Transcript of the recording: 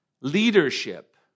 leadership